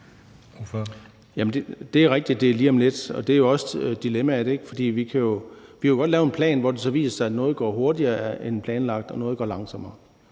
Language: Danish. Det er rigtigt, at det er lige om lidt, og det jo også dilemmaet, ikke? For vi kan godt lave en plan, hvor det så viser sig, at noget går hurtigere end planlagt og noget går langsommere.